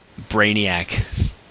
Brainiac